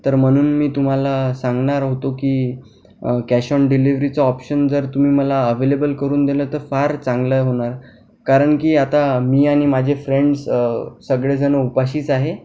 तर म्हणून मी तुम्हाला सांगणार होतो की कॅश ऑन डिलिव्हरीचा ऑप्शन जर तुम्ही मला अव्हेलेबल करून दिला तर फार चांगलं होणार कारण की आता मी आणि माझे फ्रेंड्स सगळेजण उपाशीच आहे